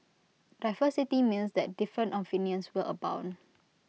diversity means that different opinions will abound